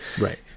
right